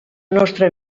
nostra